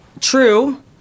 True